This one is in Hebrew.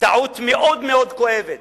מאוד מאוד כואבת,